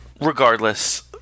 Regardless